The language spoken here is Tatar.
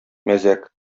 мәзәк